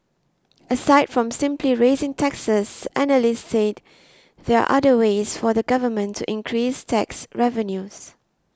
aside from simply raising taxes analysts said there are other ways for the Government to increase tax revenues